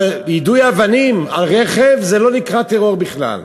אבל יידוי אבנים על רכב, זה לא נקרא טרור בכלל.